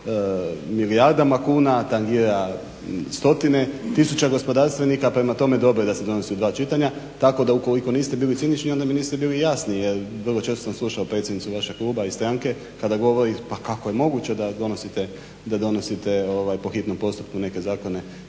milijardama kuna, tangira stotine tisuća gospodarstvenika prema tome dobro je da se donosi u dva čitanja tako da ukoliko niste bili cinični onda mi niste bili jasni jer vrlo često sam slušao predsjednicu vašeg kluba i stranke kada govori a kako je moguće da donosite po hitnom postupku neke zakone